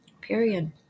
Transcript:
period